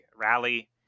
rally